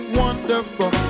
wonderful